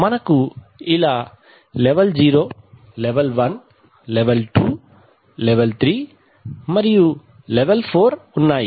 మనకు ఇలా level 0 level 1 level 2 level 3 మరియు లెవెల్ 4 ఉన్నాయి